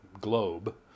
globe